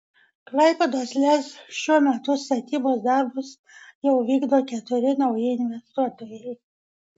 klaipėdos lez šiuo metu statybos darbus jau vykdo keturi nauji investuotojai